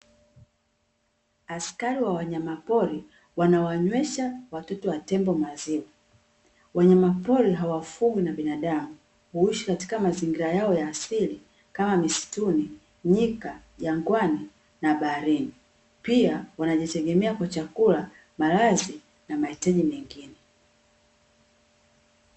Askari wa wanyama pori wanawanywesha watoto wa tembo maziwa, hawafugwi na binadamu huishi katika mazingira yao ya asili na nyika, angwani na baharini pia wanajitegemea kwa chakula, maji pia na malazi mengine.